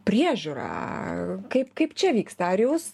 priežiūrą kaip kaip čia vyksta ar jūs